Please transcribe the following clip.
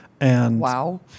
Wow